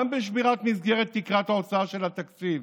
גם בשבירת מסגרת תקרת ההוצאה של התקציב